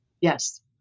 Yes